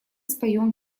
споем